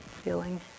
feeling